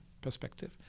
perspective